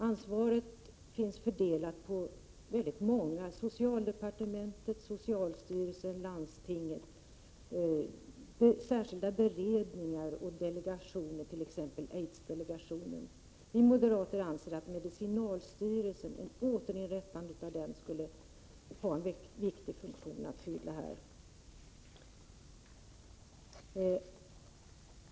Ansvaret är fördelat på väldigt många: socialdepartementet, socialstyrelsen, landstingen, särskilda beredningar och delegationer, t.ex aidsdelegationen. Vi moderater anser att en återinrättad medicinalstyrelse skulle ha en viktig funktion att fylla.